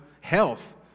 health